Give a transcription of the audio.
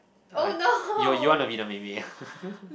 uh you you want to be the mei-mei ah